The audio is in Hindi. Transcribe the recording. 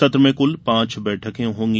सत्र में कुल पांच बैठकें होंगी